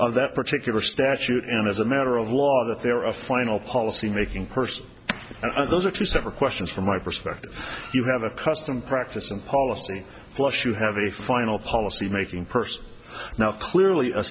of that particular statute and as a matter of law that there are a final policy making person and those are two separate questions from my perspective you have a custom practice and policy plus you have a final policy making person now clearly a